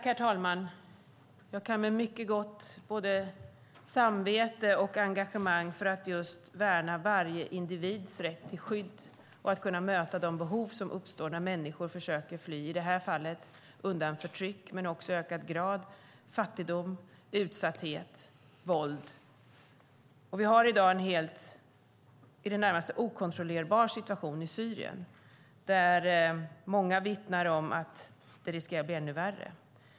Herr talman! Jag kan med mycket gott samvete och stort engagemang säga att vi ska värna varje individs rätt till skydd och möta de behov som uppstår när människor försöker fly, som i det här fallet, undan förtryck men också undan ökande fattigdom, utsatthet och våld. Vi har i dag en i det närmaste okontrollerbar situation i Syrien, och många vittnar om att den riskerar att bli ännu värre.